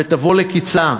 ותבוא לקצה,